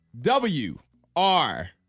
W-R